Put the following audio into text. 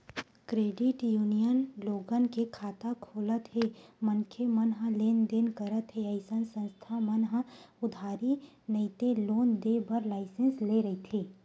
credit union लोगन के खाता खोलत हे मनखे मन ह लेन देन करत हे अइसन संस्था मन ह उधारी नइते लोन देय बर लाइसेंस लेय रहिथे